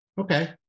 Okay